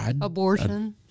Abortion